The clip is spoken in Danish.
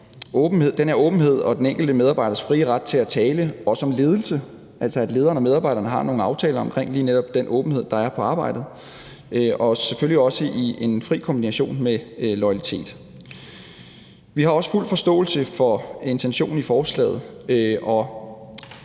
også om åbenhed og den enkelte medarbejders frie ret til at tale, også om ledelse, altså at lederen og medarbejderen har nogle aftaler omkring lige netop den åbenhed, der er på arbejdet, og selvfølgelig også i en fri kombination med loyalitet. Vi har fuld forståelse for intentionen i forslaget.